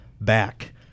back